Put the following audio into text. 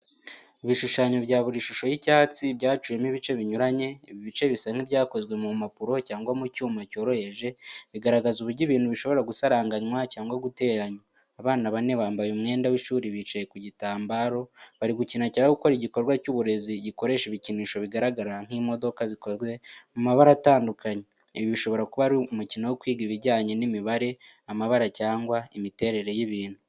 Ibishushanyo bya buri shusho y’icyatsi byaciwemo ibice binyuranye. Ibi bice bisa nk’ibyakozwe mu mpapuro cyangwa mu cyuma cyoroheje, bigaragaza uburyo ibintu bishobora gusaranganywa cyangwa guteranywa. Abana bane bambaye umwenda w'ishuri bicaye ku gitambaro, bari gukina cyangwa gukora igikorwa cy’uburezi gikoresha ibikinisho bigaragara nk’imodoka zikoze mu mabara atandukanye. Ibi bishobora kuba ari umukino wo kwiga ibijyanye n’imibare, amabara cyangwa imiterere y'ibintu.